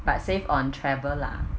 but save on travel lah